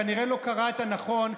כנראה לא קראת נכון,